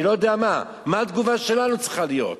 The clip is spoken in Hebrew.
אני לא יודע מה, מה התגובה שלנו צריכה להיות?